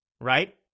right